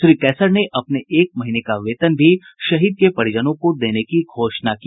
श्री कैसर ने अपने एक महीने का वेतन भी शहीद के परिजनों को देने की घोषणा की